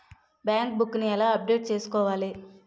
Bank book నీ ఎలా update చేసుకోవాలి?